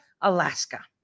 Alaska